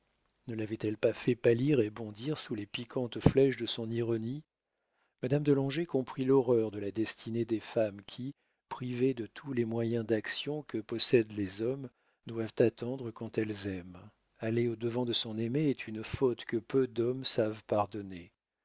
ne l'avait-elle pas fait pâlir et bondir sous les piquantes flèches de son ironie madame de langeais comprit l'horreur de la destinée des femmes qui privées de tous les moyens d'action que possèdent les hommes doivent attendre quand elles aiment aller au-devant de son aimé est une faute que peu d'hommes savent pardonner